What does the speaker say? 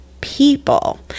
people